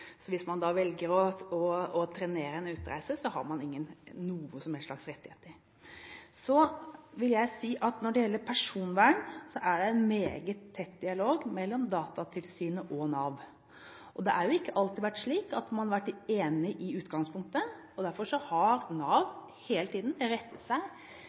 Så vil jeg si at når det gjelder personvern, er det en meget tett dialog mellom Datatilsynet og Nav. Det har ikke alltid vært slik at man har vært enige i utgangspunktet. Derfor har Nav hele tiden rettet seg